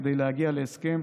כדי להגיע להסכם,